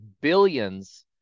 billions